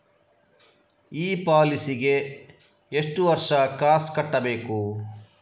ಈ ಪಾಲಿಸಿಗೆ ಎಷ್ಟು ವರ್ಷ ಕಾಸ್ ಕಟ್ಟಬೇಕು?